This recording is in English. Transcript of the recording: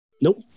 Nope